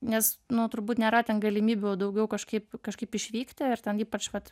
nes nu turbūt nėra ten galimybių daugiau kažkaip kažkaip išvykti ar ten ypač vat